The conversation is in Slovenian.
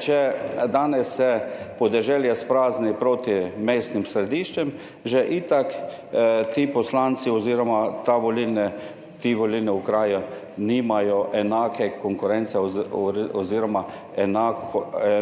če danes se podeželje izprazni proti mestnim središčem, že itak ti poslanci oziroma ti volilni, ti volilni okraji nimajo enake konkurence oziroma